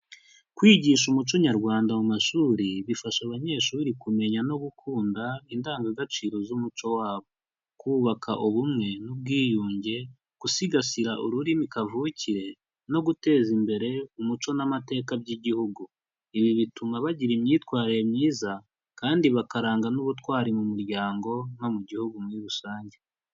Kwigisha umuco nyarwanda mu mashuri bifasha abanyeshuri kumenya no gukunda indangagaciro z'umuco wabo, kubaka ubumwe n'ubwiyunge, gusigasira ururimi kavukire no guteza imbere umuco n'amateka by'igihugu, ibi bituma bagira imyitwarire myiza kandi bakarangwa n'ubutwari mu muryango no mu gihugu muri rusange.